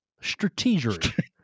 strategic